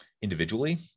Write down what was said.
individually